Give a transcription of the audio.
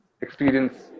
experience